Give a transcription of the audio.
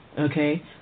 Okay